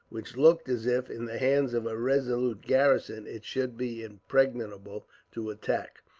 which looked as if, in the hands of a resolute garrison, it should be impregnable to attack.